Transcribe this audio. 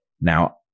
Now